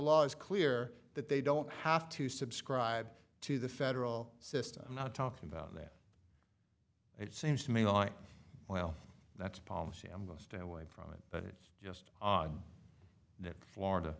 is clear that they don't have to subscribe to the federal system i'm not talking about that it seems to me on well that's policy i'm going to stay away from it but it's just odd that florida